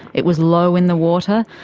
it was low in the water,